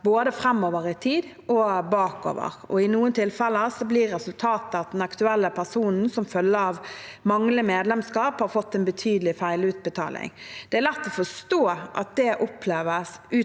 både framover i tid og bakover. I noen tilfeller blir resultatet at den aktuelle personen som følge av manglende medlemskap har fått en betydelig feilutbetaling. Det er lett å forstå at det oppleves